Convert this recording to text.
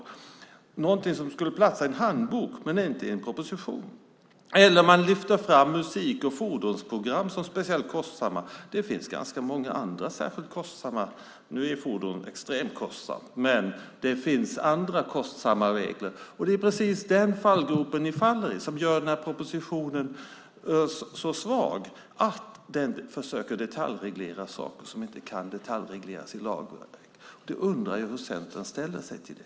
Det är någonting som skulle platsa i en handbok men inte i en proposition. Man lyfter fram musik och fordonsprogram som speciellt kostsamma. Det finns ganska många andra särskilt kostsamma program. Fordonsprogrammet är extremt kostsamt, men det finns andra kostsamma regler. Det är precis den fallgropen ni faller i, och det gör den här propositionen så svag. Den försöker detaljreglera saker som inte kan detaljregleras i lag. Jag undrar hur Centern ställer sig till det.